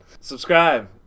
Subscribe